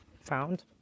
found